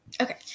Okay